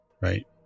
right